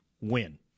win